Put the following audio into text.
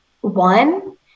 One